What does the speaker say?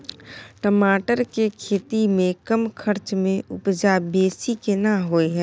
टमाटर के खेती में कम खर्च में उपजा बेसी केना होय है?